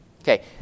Okay